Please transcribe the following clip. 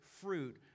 fruit